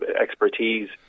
expertise